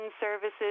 services